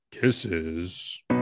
Kisses